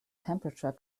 temperature